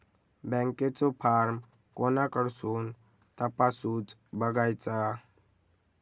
बँकेचो फार्म कोणाकडसून तपासूच बगायचा?